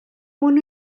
mwyn